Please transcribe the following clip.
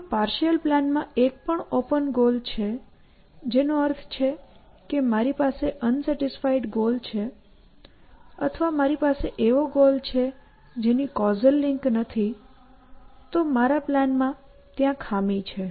જો પાર્શિઅલ પ્લાનમાં એક પણ ઓપન ગોલ છે જેનો અર્થ છે કે મારી પાસે અનસેટિસ્ફાઈડ ગોલ છે અથવા મારી પાસે એવો ગોલ છે જેની કૉઝલ લિંક નથી તો મારા પ્લાનમાં ત્યાં ખામી છે